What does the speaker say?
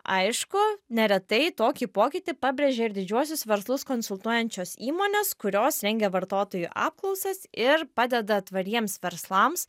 aišku neretai tokį pokytį pabrėžia ir didžiuosius verslus konsultuojančios įmonės kurios rengia vartotojų apklausas ir padeda tvariems verslams